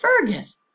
fergus